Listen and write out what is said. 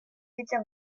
hitza